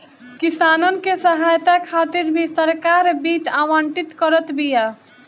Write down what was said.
किसानन के सहायता खातिर भी सरकार वित्त आवंटित करत बिया